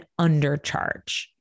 undercharge